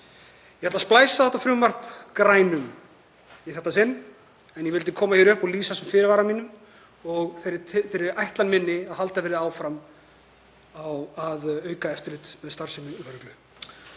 Ég ætla að splæsa grænu á þetta frumvarp í þetta sinn en ég vildi koma hér upp og lýsa þessum fyrirvara mínum og þeirri skoðun minni að halda verði áfram að auka eftirlit með starfsemi lögreglu.